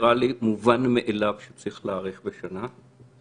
נראה לי מובן מאליו שצריך להאריך בשנה.